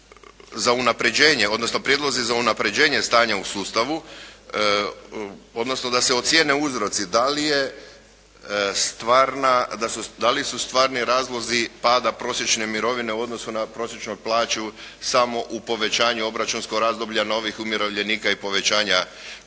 za unapređenje odnosno prijedlozi za unapređenje stanja u sustavu odnosno da se ocijene uzroci da li su stvarni razlozi pada prosječne mirovine u odnosu na prosječnu plaću samo u povećanju obračunskog razdoblja novih umirovljenika i povećanja broja